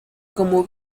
como